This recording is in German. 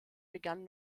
begann